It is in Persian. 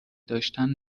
داشتن